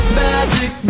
magic